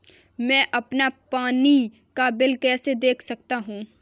मैं अपना पानी का बिल कैसे देख सकता हूँ?